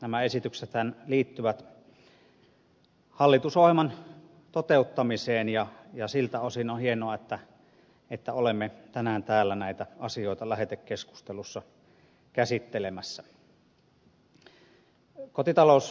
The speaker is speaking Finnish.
nämä esityksethän liittyvät hallitusohjelman toteuttamiseen ja siltä osin on hienoa että olemme tänään täällä näitä asioita lähetekeskustelussa käsittelemässä